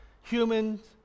humans